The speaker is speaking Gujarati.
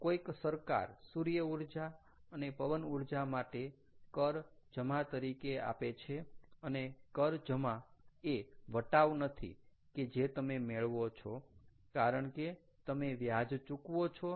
કોઈક સરકાર સૂર્યઊર્જા અને પવનઊર્જા માટે કર જમા તરીકે આપે છે અને કર જમા એ વટાવ નથી કે જે તમે મેળવો છો કારણ કે તમે વ્યાજ ચૂકવો છો